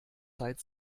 zeit